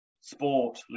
sport